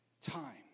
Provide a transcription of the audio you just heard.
time